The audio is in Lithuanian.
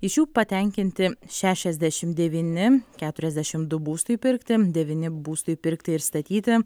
iš jų patenkinti šešiasdešim devyni keturiasdešim du būstui pirkti devyni būstui pirkti ir statyti